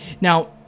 Now